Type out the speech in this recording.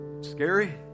scary